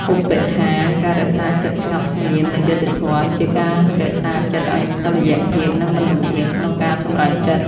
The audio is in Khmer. ឧបេក្ខា ការរក្សាចិត្តស្ងប់ស្ងៀម និងយុត្តិធម៌ជា ការរក្សាចិត្តឱ្យមានតុល្យភាព និងមិនលំអៀងក្នុងការសម្រេចចិត្ត។